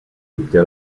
obté